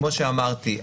כמו שאמרתי,